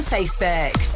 Facebook